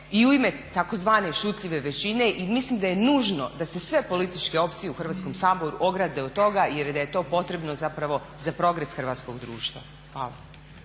i u ime tzv. šutljive većine i mislim da je nužno da se sve političke opcije u Hrvatskom saboru ograde od toga jer da je to potrebno zapravo za progres hrvatskog društva. Hvala.